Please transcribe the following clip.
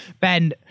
Ben